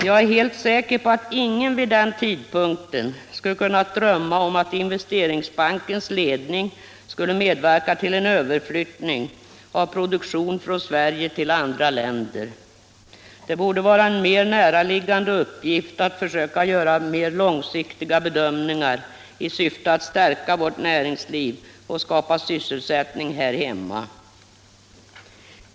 Jag är helt säker på att ingen vid den tidpunkten skulle ha kunnat drömma om att Investeringsbankens ledning skulle medverka till en överflyttning av produktion från Sverige till andra länder. Det borde vara en mer näraliggande uppgift att försöka göra mer långsiktiga bedömningar i syfte att stärka vårt näringsliv och skapa sysselsättning här hemma.